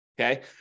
okay